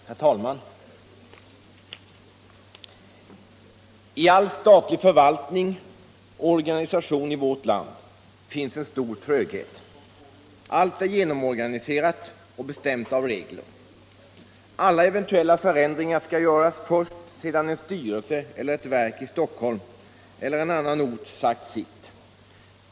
Herr talman! I all statlig förvaltning och organisation i vårt land finns en stor tröghet. Allt är genomorganiserat och bestämt av regler. Alla eventuella förändringar skall göras först sedan en styrelse resp. ett verk i Stockholm eller en annan ort har sagt sitt.